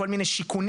כל מיני שיכונים.